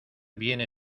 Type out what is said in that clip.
viene